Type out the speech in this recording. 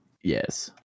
Yes